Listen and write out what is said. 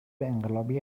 انقلابی